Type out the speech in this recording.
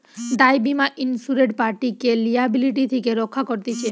দায় বীমা ইন্সুরেড পার্টিকে লিয়াবিলিটি থেকে রক্ষা করতিছে